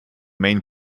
main